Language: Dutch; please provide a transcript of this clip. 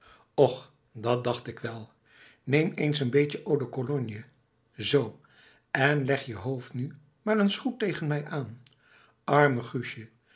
och dat dacht ik wel neem eens een beetje eau de cologne zoo en leg je hoofd nu maar eens goed tegen mij aan arme guustje